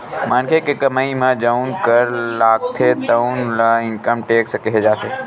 मनखे के कमई म जउन कर लागथे तउन ल इनकम टेक्स केहे जाथे